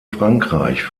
frankreich